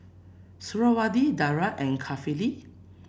Suriawati Dara and Kifli